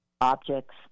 objects